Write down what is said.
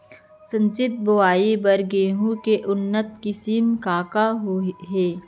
सिंचित बोआई बर गेहूँ के उन्नत किसिम का का हे??